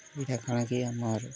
ଇଟା କାଣା କି ଆମର୍